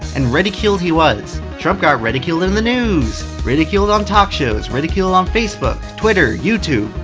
and ridiculed he was. trump got ridiculed in the news. ridiculed on talk shows. ridiculed on facebook, twitter, youtube.